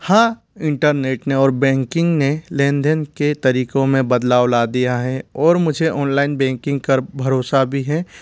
हाँ इंटरनेट ने और बैंकिंग ने लेन देन के तरीकों में बदलाव ला दिया है और मुझे ओनलाइन बेंकिंग कर भरोसा भी है